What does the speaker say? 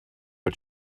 but